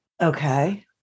Okay